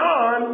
on